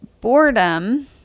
boredom